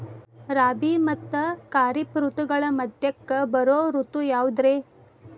ರಾಬಿ ಮತ್ತ ಖಾರಿಫ್ ಋತುಗಳ ಮಧ್ಯಕ್ಕ ಬರೋ ಋತು ಯಾವುದ್ರೇ?